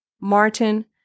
Martin